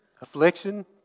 affliction